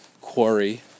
quarry